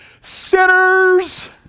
sinners